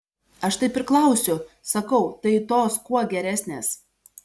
aš taip ir klausiu sakau tai tos kuo geresnės